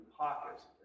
pockets